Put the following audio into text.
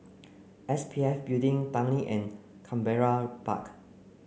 S P F Building Tanglin and Canberra Park